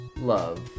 love